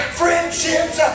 friendships